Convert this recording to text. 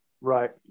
Right